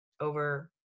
over